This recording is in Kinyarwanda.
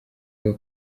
rwo